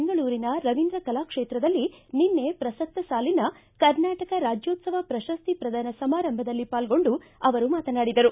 ಬೆಂಗಳೂರಿನ ರವೀಂದ್ರ ಕಲಾ ಕ್ಷೇತ್ರದಲ್ಲಿ ನಿನ್ನೆ ಪ್ರಸತ್ತ ಸಾಲಿನ ಕರ್ನಾಟಕ ರಾಜ್ಯೋತ್ಸವ ಪ್ರಶಸ್ತಿ ಪ್ರದಾನ ಸಮಾರಂಭದಲ್ಲಿ ಪಾಲ್ಗೊಂಡು ಅವರು ಮಾತನಾಡಿದರು